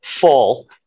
fall